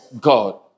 God